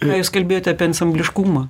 ką jūs kalbėjot apie ansambliškumą